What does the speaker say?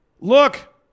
Look